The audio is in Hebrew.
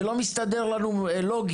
זה לא מסתדר לנו לוגית.